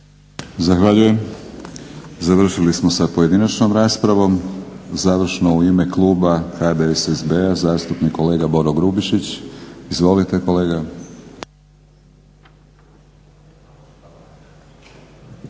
Zahvaljujem. Završili smo sa pojedinačnom raspravom. Završno u ime kluba HDSSB-a zastupnik kolega Boro Grubišić. Izvolite kolega.